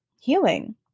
healing